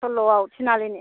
सल'आव थिनालिनि